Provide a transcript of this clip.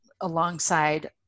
alongside